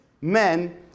men